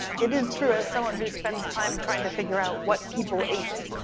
it is true, as someone who spends time trying to figure out what people ate,